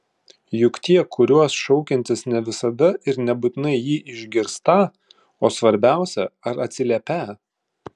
juk tie kuriuos šaukiantis ne visada ir nebūtinai jį išgirstą o svarbiausia ar atsiliepią